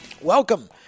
Welcome